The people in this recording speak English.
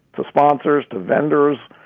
the sponsors, the vendors.